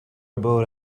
abort